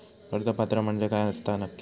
कर्ज पात्र म्हणजे काय असता नक्की?